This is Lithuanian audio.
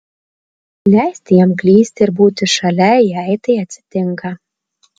leisti jam klysti ir būti šalia jei tai atsitinka